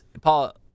Paul